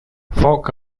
foc